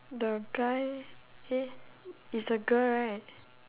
the guy eh it's a girl right